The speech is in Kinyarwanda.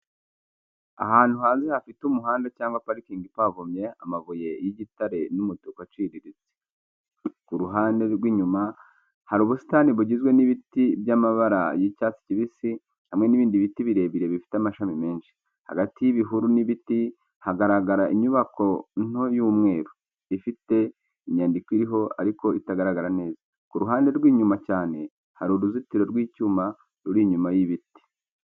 Ahantu hanze hafite umuhanda cyangwa parking ipavomye amabuye mato y’igitare y’umutuku uciriritse. Ku ruhande rw’inyuma, hari ubusitani bugizwe n'ibiti by'amabara y’icyatsi kibisi, hamwe n’ibindi biti birebire bifite amashami menshi. Hagati y’ibihuru n’ibiti, hagaragara inyubako nto y’umweru, ifite inyandiko iriho ariko itagaragara neza. Ku ruhande rw’inyuma cyane, hari uruzitiro rw’icyuma ruri inyuma y’ibiti.